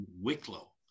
Wicklow